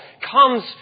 comes